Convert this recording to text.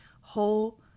whole